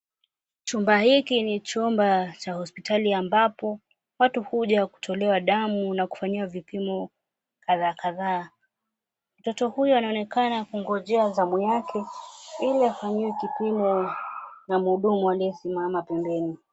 Chumba hiki ni chumba cha hospitali ambapo watu huja kutolewa damu na kufanyiwa vipimo kadhaa kadhaa. Mtoto huyu anaonekana kungojea zamu yake ili afanyiwe kipimo na mhudumu anayesimama pembeni.